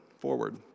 forward